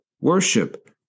worship